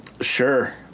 Sure